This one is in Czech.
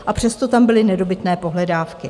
A přesto tam byly nedobytné pohledávky.